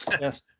Yes